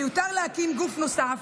מיותר להקים גוף נוסף